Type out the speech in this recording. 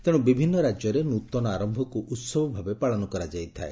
ତେଣୁ ବିଭିନ୍ନ ରାଜ୍ୟରେ ନୃତନ ଆରମ୍ଭକୁ ଉତ୍ସବ ଭାବେ ପାଳନ କରାଯାଇଥାଏ